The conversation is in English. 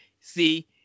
see